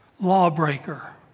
lawbreaker